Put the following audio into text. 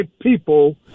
people